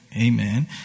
Amen